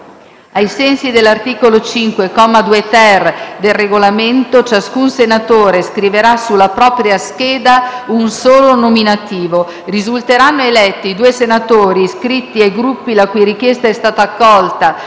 Ai sensi dell’articolo 5, comma 2-ter, del Regolamento, ciascun senatore scriverà sulla propria scheda un solo nominativo. Risulteranno eletti i due senatori iscritti ai Gruppi, la cui richiesta è stata accolta